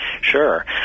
Sure